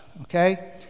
okay